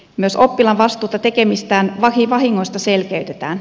myös oppilaan vastuuta tekemistään vahingoista selkeytetään